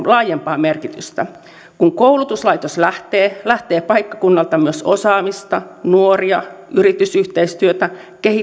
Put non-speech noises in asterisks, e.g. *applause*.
*unintelligible* laajempaa merkitystä kun koulutuslaitos lähtee lähtee paikkakunnalta myös osaamista nuoria yritysyhteistyötä